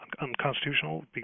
unconstitutional